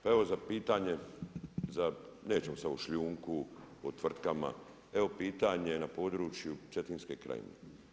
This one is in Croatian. Pa evo pitanje, nećemo sad o šljunku, o tvrtkama, evo pitanje na području Cetinske krajine.